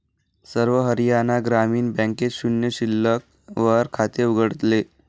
सर्व हरियाणा ग्रामीण बँकेत शून्य शिल्लक वर खाते उघडले